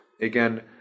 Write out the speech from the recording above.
again